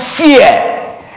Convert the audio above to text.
fear